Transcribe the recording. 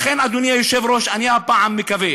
לכן, אדוני היושב-ראש, אני הפעם מקווה